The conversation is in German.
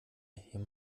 hier